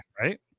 right